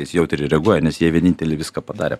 jis jautriai reaguoja nes jie vieninteliai viską padarė